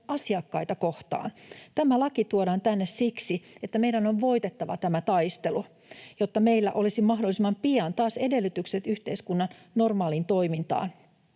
asiakkaita kohtaan. Tämä laki tuodaan tänne siksi, että meidän on voitettava tämä taistelu, jotta meillä olisi mahdollisimman pian taas edellytykset yhteiskunnan normaaliin toimintaan.